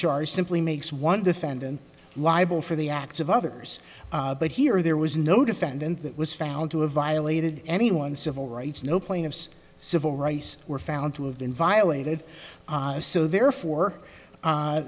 charge simply makes one defendant liable for the acts of others but here there was no defendant that was found to have violated anyone's civil rights no plaintiff's civil rights were found to have been violated so therefore